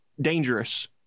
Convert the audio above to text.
dangerous